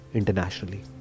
internationally